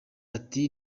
ati